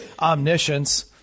omniscience